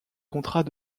contrats